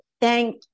Thank